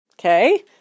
Okay